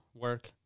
work